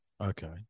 Okay